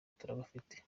turabafite